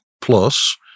Plus